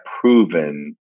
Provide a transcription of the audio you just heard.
proven